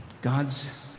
God's